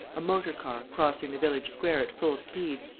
a motor-car, crossing the village square at full speed,